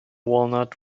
walnut